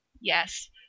Yes